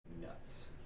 Nuts